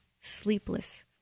sleepless